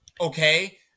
Okay